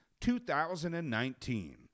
2019